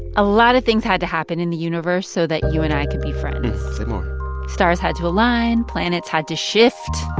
a lot of things had to happen in the universe so that you and i could be friends say more stars had to align, planets had to shift.